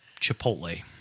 Chipotle